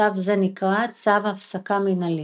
צו זה נקרא צו הפסקה מנהלי.